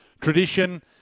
tradition